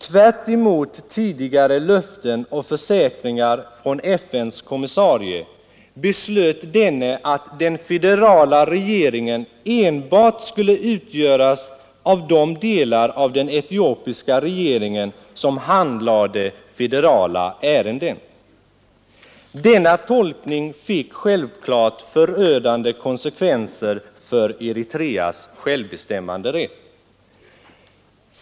Tvärtemot tidigare löften och försäkringar från FN:s kommissarie beslöt denne att den federala regeringen enbart skulle utgöras av de delar av den etiopiska regeringen som handlade federala ärenden. Denna tolkning fick självklart förödande konsekvenser för Eritreas självbestämmanderätt.